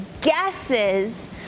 guesses